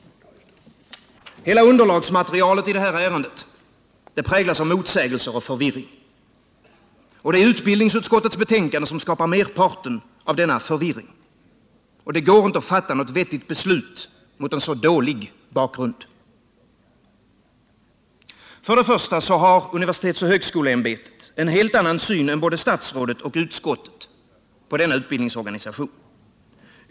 Hela underlagsmaterialet i detta ärende präglas av motsägelser och förvirring. Och det är utbildningsutskottets betänkande som skapar merparten av denna förvirring. Det går inte att fatta något vettigt beslut mot en så dålig bakgrund. För det första har universitetsoch högskoleämbetet en helt annan syn än både statsrådet och utskottet på denna utbildningsorganisation.